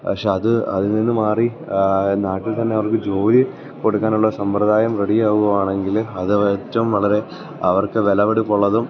പക്ഷെ അത് അതിൽനിന്ന് മാറി നാട്ടിൽ തന്നെ അവർക്ക് ജോലി കൊടുക്കാനുള്ള സമ്പ്രദായം റെഡിയാവുകയാണെങ്കിൽ അത് ഏറ്റവും വളരെ അവർക്ക് വിലപിടിപ്പുള്ളതും